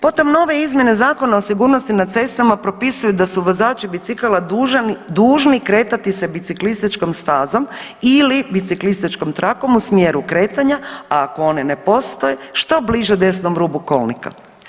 Potom nove izmjene Zakona o sigurnosti na cestama propisuju da su vozači bicikala dužni kretati se biciklističkom stazom ili biciklističkom trakom u smjeru kretanja, a ako one ne postoje što bliže desnom rubu kolnika.